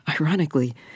ironically